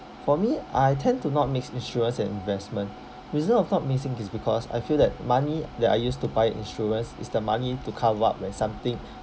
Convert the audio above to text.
for me I tend to not mix insurance and investment reason of not mixing is because I feel that money that I use to buy insurance is the money to cover up when something